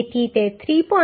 તેથી તે 3